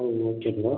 ம் okay bro